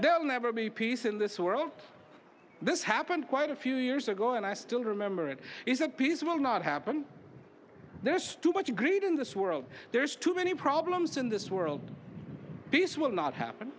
they'll never be peace in this world this happened quite a few years ago and i still remember it is that peace will not happen there is too much agreed in this world there is too many problems in this world this will not happen